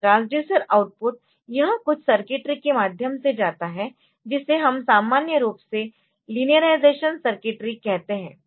transducer output यह कुछ circuitry के माध्यम से जाता है जिसे हम सामान्य रूप से लीनियरायज़ेशन सर्किटरी कहते है